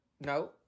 no